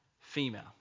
female